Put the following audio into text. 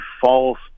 false